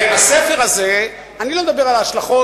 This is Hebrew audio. והספר הזה, אני לא מדבר על ההשלכות